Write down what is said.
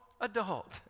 adult